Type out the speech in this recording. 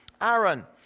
Aaron